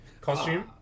Costume